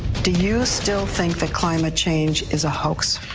do you still think that climate change is a hoax?